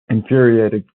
infuriated